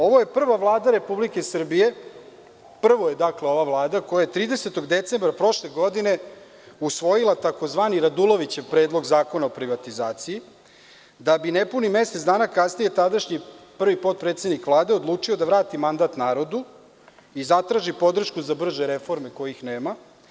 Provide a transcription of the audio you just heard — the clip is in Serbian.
Ovo je prva Vlada Republike Srbije, prva je dakle ova vlada koja je 30. decembra prošle godine usvojila tzv. Radulovićev Predlog zakona o privatizaciji, da bi nepunih mesec dana kasnije tadašnji prvi potpredsednik Vlade odlučio da vrati mandat narodu i zatraži podršku za brže reforme kojih nema.